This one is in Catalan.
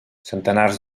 centenars